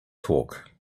talk